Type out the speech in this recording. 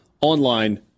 online